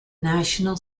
national